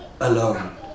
alone